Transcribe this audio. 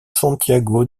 santiago